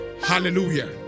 Hallelujah